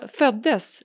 föddes